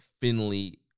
Finley